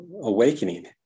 awakening